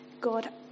God